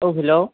औ हेल'